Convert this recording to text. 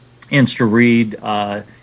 Insta-read